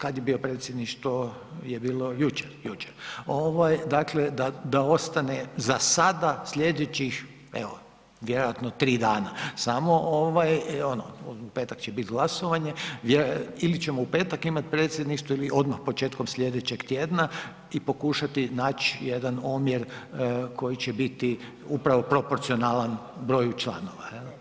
Kada je bilo predsjedništvo je bilo jučer, da ostane za sada sljedećih evo vjerojatno tri dana, samo ono u petak će biti glasovanje ili ćemo u petak imati predsjedništvo ili odmah početkom sljedećeg tjedna i pokušati nać jedan omjer koji će biti upravo proporcionalan broju članova.